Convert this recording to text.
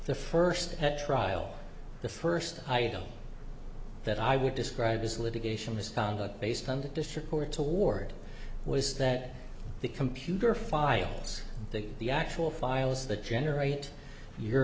the first trial the first item that i would describe as litigation misconduct based on the district court toward was that the computer files the actual files that generate your